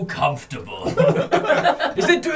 comfortable